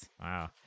wow